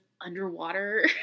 underwater